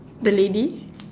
the lady